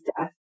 death